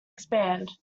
expand